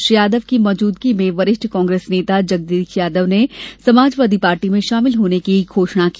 श्री यादव की मौजूदगी में वरिष्ठ कांग्रेस नेता जगदीश यादव ने समाजवादी पार्टी में शामिल होने की घोषणा की